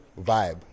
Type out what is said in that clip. vibe